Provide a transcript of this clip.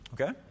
Okay